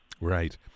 Right